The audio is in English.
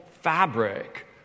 fabric